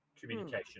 communication